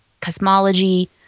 cosmology